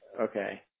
okay